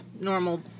normal